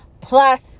plus